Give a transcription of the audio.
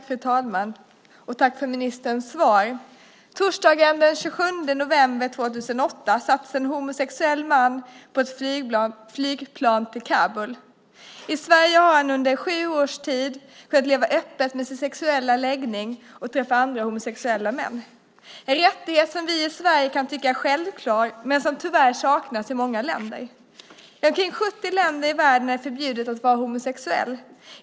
Fru talman! Tack för ministerns svar! Torsdagen den 27 november 2008 sattes en homosexuell man på ett flygplan till Kabul. I Sverige har han under sju års tid kunnat leva öppet med sin sexuella läggning och träffa andra homosexuella män. Det är en rättighet som vi i Sverige kan tycka är självklar men som tyvärr saknas i många länder. I omkring 70 länder i världen är det förbjudet att vara homosexuell.